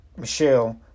Michelle